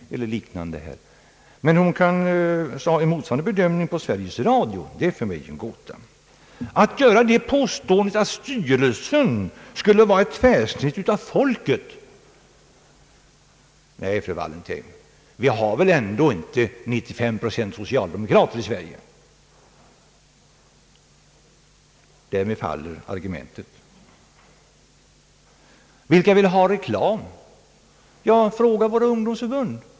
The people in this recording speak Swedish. Men att hon kan ha en motsvarande beteckning på Sveriges Radio är för mig en gåta. Att påstå att styrelsen skulle vara ett tvärsnitt av folket — nej, fru Wallentheim, det går inte. Vi har väl ändå inte 95 procent socialdemokrater i Sverige. Därmed faller det argumentet. Vilka vill ha reklam? Fråga våra ungdomsförbund!